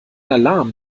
alarm